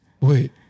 Wait